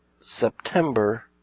September